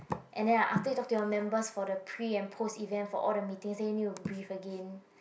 and then I after you talk to your members for the pre and post event for all the meeting then you will brief again